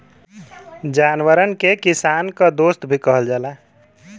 जानवरन के किसान क दोस्त भी कहल जाला